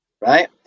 right